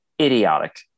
idiotic